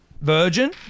virgin